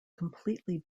completely